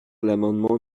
l’amendement